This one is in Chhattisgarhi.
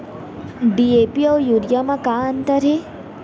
डी.ए.पी अऊ यूरिया म का अंतर हे?